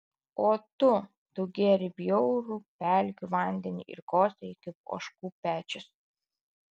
o tu tu gėrei bjaurų pelkių vandenį ir kosėjai kaip ožkų pečius